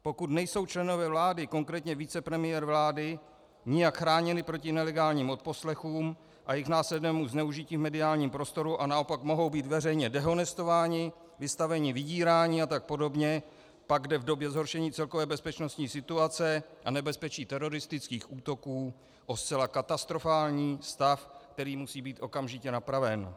Pokud nejsou členové vlády, konkrétně vicepremiér vlády, nijak chráněni proti nelegálním odposlechům a jejich následnému zneužití v mediálním prostoru a naopak mohou být veřejně dehonestováni, vystaveni vydírání a tak podobně, pak jde v době zhoršení celkové bezpečnostní situace a nebezpečí teroristických útoků o zcela katastrofální stav, který musí být okamžitě napraven.